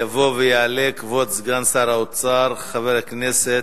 יבוא ויעלה כבוד סגן שר האוצר, חבר הכנסת